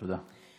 תודה.